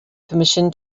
permission